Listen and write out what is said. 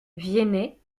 viennet